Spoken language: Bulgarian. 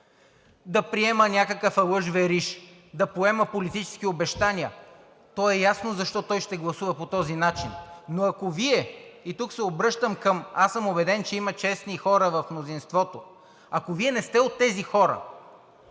да приема някакъв алъш-вериш, да поема политически обещания, то е ясно защо той ще гласува по този начин, но ако Вие – аз съм убеден, че има честни хора в мнозинството, ако Вие не сте от тези хора,